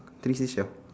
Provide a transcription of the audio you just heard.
three seashell